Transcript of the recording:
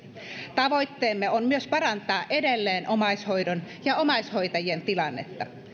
tavoitteemme on myös parantaa edelleen omaishoidon ja omaishoitajien tilannetta